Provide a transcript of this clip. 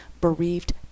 bereaved